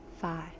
five